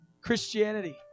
Christianity